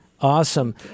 Awesome